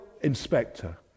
inspector